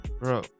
bro